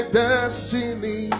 destiny